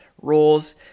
roles